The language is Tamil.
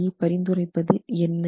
ASCE பரிந்துரைப்பது என்ன